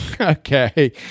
Okay